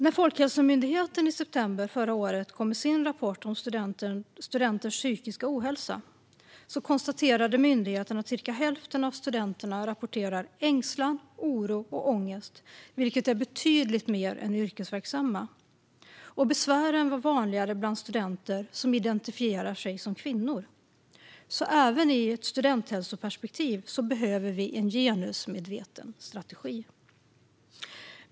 När Folkhälsomyndigheten i september förra året kom med sin rapport om studenters psykiska ohälsa konstaterade myndigheten att cirka hälften av studenterna rapporterar ängslan, oro och ångest, vilket är betydligt mer än bland yrkesverksamma. Och besvären var vanligare bland studenter som identifierar sig som kvinnor. Även i ett studenthälsoperspektiv behöver vi alltså en genusmedveten strategi.